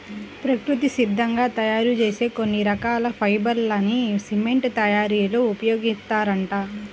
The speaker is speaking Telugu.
ప్రకృతి సిద్ధంగా తయ్యారు చేసే కొన్ని రకాల ఫైబర్ లని సిమెంట్ తయ్యారీలో ఉపయోగిత్తారంట